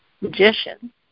magician